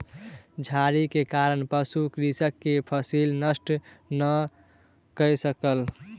झाड़ी के कारण पशु कृषक के फसिल नष्ट नै कय सकल